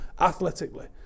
athletically